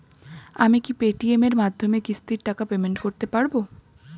আমি কি Paytm এর মাধ্যমে কিস্তির টাকা পেমেন্ট করতে পারব?